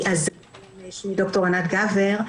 אני ד"ר ענת גבר,